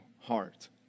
heart